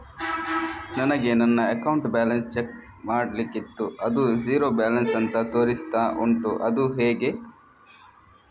ನನಗೆ ನನ್ನ account balance check ಮಾಡ್ಲಿಕ್ಕಿತ್ತು ಅದು ಝೀರೋ ಬ್ಯಾಲೆನ್ಸ್ ಅಂತ ತೋರಿಸ್ತಾ ಉಂಟು ಅದು ಹೇಗೆ?